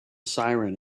siren